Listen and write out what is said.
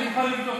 אני מוכן לבדוק.